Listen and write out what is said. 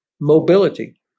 mobility